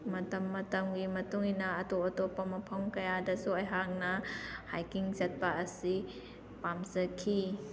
ꯃꯇꯝ ꯃꯇꯝꯒꯤ ꯃꯇꯨꯡ ꯏꯟꯅ ꯑꯇꯣꯞ ꯑꯇꯣꯞꯄ ꯃꯐꯝ ꯀꯌꯥꯗꯁꯨ ꯑꯩꯍꯥꯛꯅ ꯍꯥꯏꯀꯤꯡ ꯆꯠꯄ ꯑꯁꯤ ꯄꯥꯝꯖꯈꯤ